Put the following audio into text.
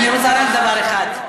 אני רוצה רק דבר אחד.